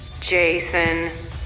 Jason